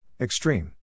Extreme